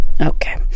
Okay